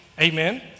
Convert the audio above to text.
Amen